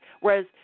Whereas